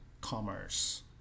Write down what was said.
commerce